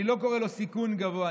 אני לא קורא לו סיכון גבוה,